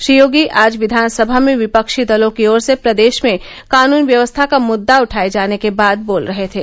श्री योगी आज विधानसभा में विपक्षी दलों की ओर से प्रदेश में कानून व्यवस्था का मुददा उठाए जाने के बाद बोल रहे थे